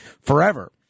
forever